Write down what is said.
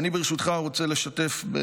ברשותך, אני רוצה לשתף.